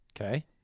Okay